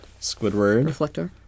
Squidward